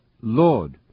Lord